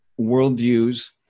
worldviews